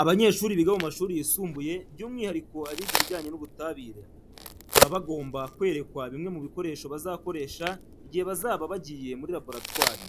Abanyeshuri biga mu mashuri yisumbuye byumwihariko abiga ibijyanye n'ubutabire, baba bagomba kwerekwa bimwe mu bikoresho bazakoresha igihe bazaba bagiye muri laboratwari.